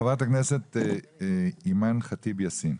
חברת הכנסת אימאן ח'טיב יאסין.